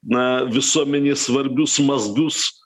na visuomenei svarbius mazgus